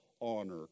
honor